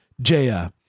Jaya